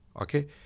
Okay